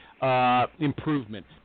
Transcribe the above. Improvement